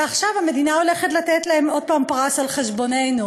ועכשיו המדינה הולכת לתת להם עוד פעם פרס על חשבוננו,